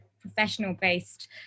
professional-based